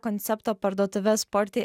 koncepto parduotuve sporti